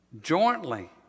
jointly